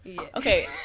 Okay